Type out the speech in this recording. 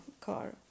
car